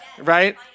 right